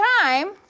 time